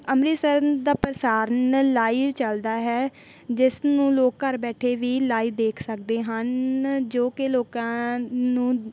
ਅੰਮ੍ਰਿਤਸਰ ਦਾ ਪ੍ਰਸਾਰਨ ਲਾਈਵ ਚੱਲਦਾ ਹੈ ਜਿਸ ਨੂੰ ਲੋਕ ਘਰ ਬੈਠੇ ਵੀ ਲਾਈਵ ਦੇਖ ਸਕਦੇ ਹਨ ਜੋ ਕਿ ਲੋਕਾਂ ਨੂੰ